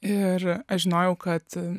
ir aš žinojau kad